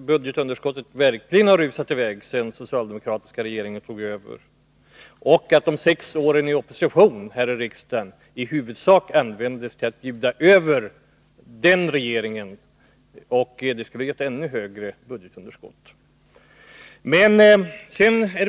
budgetunderskottet verkligen har rusat i väg sedan socialdemokraterna tog över regeringsmakten. Dessutom använde socialdemokraterna de sex åren i opposition i huvudsak till att bjuda över den borgerliga regeringens förslag. Med en socialdemokratisk regering skulle budgetunderskottet ha blivit än större.